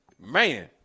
Man